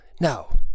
no